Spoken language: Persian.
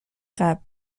قبل